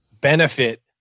benefit